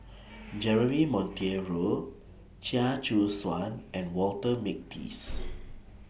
Jeremy Monteiro Chia Choo Suan and Walter Makepeace